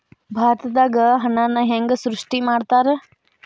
ಭಾರತದಾಗ ಹಣನ ಹೆಂಗ ಸೃಷ್ಟಿ ಮಾಡ್ತಾರಾ